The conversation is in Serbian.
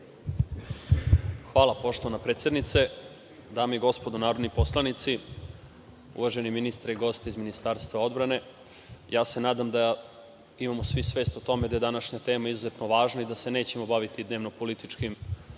Hvala poštovana predsednice. Dame i gospodo narodni poslanici, uvaženi ministre i gosti iz Ministarstva odbrane, ja se nadam da imamo svi svest o tome da je današnja tema izuzetno važna i da se nećemo baviti dnevno političkim